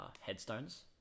Headstones